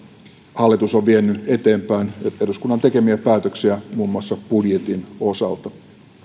hallitus on vienyt eteenpäin eduskunnan tekemiä päätöksiä muun muassa budjetin osalta